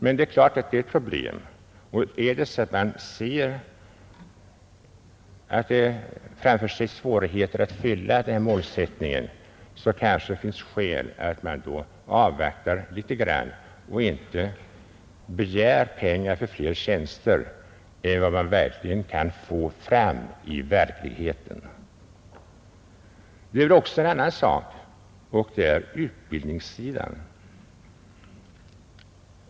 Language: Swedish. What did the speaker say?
Men det finns problem här, och om man ser dessa svårigheter framför sig när det gäller rekryteringen kanske det också finns skäl att avvakta litet grand och inte begära anslag för fler tjänster än vad man i verkligheten kan få fram sökande till. Det finns också en annan sak som kan vålla problem, nämligen utbildningen.